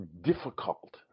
difficult